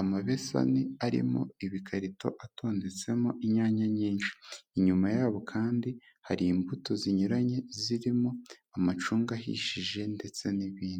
amabesani arimo ibikarito atondetsemo inyanya nyinshi. Inyuma yabo kandi hari imbuto zinyuranye zirimo amacunga ahishije ndetse n'ibindi.